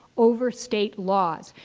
over state laws.